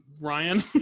Ryan